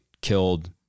killed